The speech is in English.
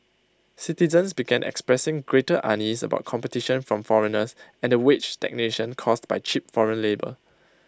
citizens began expressing greater unease about competition from foreigners and the wage stagnation caused by cheap foreign labour